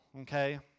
okay